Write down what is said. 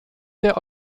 der